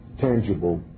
tangible